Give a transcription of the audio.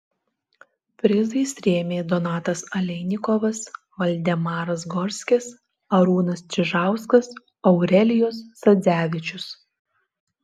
prizais rėmė donatas aleinikovas valdemaras gorskis arūnas čižauskas aurelijus sadzevičius